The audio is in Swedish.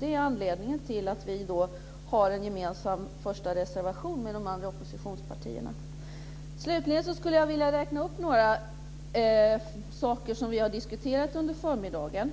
Det är anledningen till att vi har en gemensam första reservation tillsammans med de andra oppositionspartierna. Slutligen skulle jag vilja räkna upp några saker som vi har diskuterat under förmiddagen.